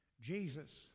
Jesus